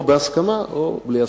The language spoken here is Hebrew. או בהסכמה או בלי הסכמה.